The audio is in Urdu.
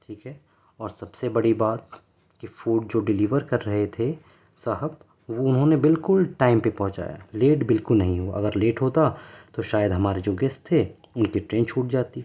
ٹھیک ہے اور سب سے بڑی بات کہ فوڈ جو ڈلیور کر رہے تھے صاحب وہ انہوں نے بالکل ٹائم پہ پہنچایا لیٹ بالکل نہیں ہوا اگر ہوتا تو شاید ہمارے جو گیسٹ تھے ان کی ٹرین چھوٹ جاتی